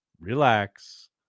Relax